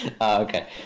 okay